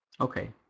Okay